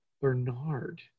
Bernard